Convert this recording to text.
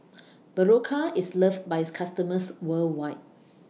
Berocca IS loved By its customers worldwide